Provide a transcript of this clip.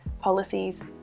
policies